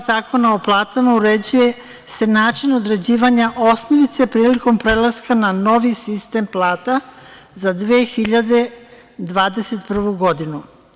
Zakona o platama uređuje se način određivanja osnovice prilikom prelaska na novi sistem plata za 2021. godinu.